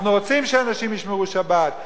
אנחנו רוצים שאנשים ישמרו שבת,